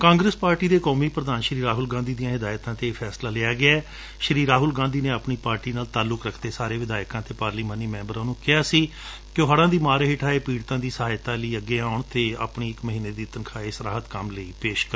Congress party ਦੇ ਕੌਮੀ ਪੁਧਾਨ ਰਾਹੁਲ ਗਾਂਧੀ ਦੀਆਂ ਹਿਦਾਇਤਾਂ ਤੇ ਇਹ ਫੈਸਲਾ ਲਿਆ ਗਿਐ ਸ੍ਰੀ ਰਾਹੁਲ ਗਾਧੀ ਨੇ ਆਪਣੀ ਪਾਰਟੀ ਨਾਲ ਤਾਲੁਕ ਰੱਖਦੇ ਸਾਰੇ ਵਿਧਾਇਕਾਂ ਅਤੇ ਪਾਰਲੀਮਾਨੀ ਮੈਬਰਾ ਨੂੰ ਕਿਹਾ ਸੀ ਕਿ ਉਹ ਹਤੂਾਂ ਦੀ ਮਾਰ ਹੇਠ ਆਏ ਪੀੜਤਾਂ ਦੀ ਸਹਾਇਤਾ ਲਈ ਅੱਗੇ ਆਉਣ ਅਤੇ ਆਪਣੀ ਇਕ ਮਹੀਨੇ ਦੀ ਤਨਖਾਹ ਇਸ ਰਾਹਤ ਲਈ ਪੇਸ਼ ਕਰਨ